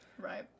Right